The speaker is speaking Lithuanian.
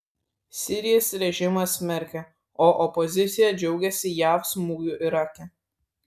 sirijos režimas smerkia o opozicija džiaugiasi jav smūgiu irake